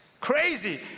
Crazy